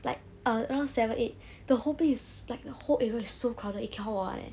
like around seven eight the whole place is like the whole area is so crowded you cannot walk [one] eh